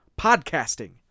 Podcasting